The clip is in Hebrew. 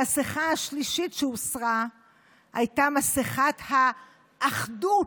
המסכה השלישית שהוסרה הייתה מסכת ה"אחדות",